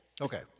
Okay